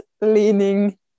leaning